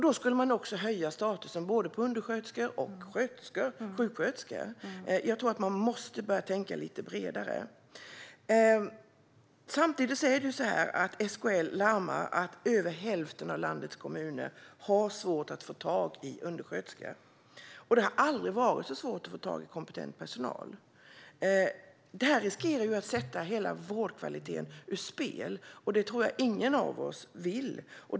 Då skulle också statusen höjas både för undersköterskor och för sjuksköterskor. Jag tror att man måste börja tänka lite bredare. Samtidigt är det på det sättet att SKL larmar om att över hälften av landets kommuner har svårt att få tag i undersköterskor. Det har aldrig varit så svårt att få tag i kompetent personal. Detta riskerar att sätta hela vårdkvaliteten ur spel, och det tror jag ingen av oss vill.